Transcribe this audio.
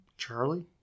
Charlie